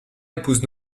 épouse